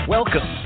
Welcome